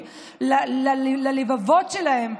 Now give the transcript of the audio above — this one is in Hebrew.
ללבבות שלהם,